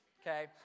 Okay